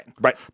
Right